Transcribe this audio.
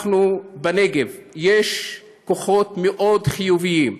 בנגב יש כוחות מאוד חיוביים,